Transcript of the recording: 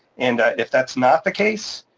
and if that's not the case,